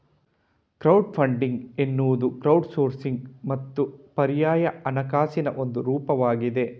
crowd funding ಎನ್ನುವುದು crowdsourcing ಮತ್ತು ಪರ್ಯಾಯ ಹಣಕಾಸಿನ ಒಂದು ರೂಪವಾಗಿದೆ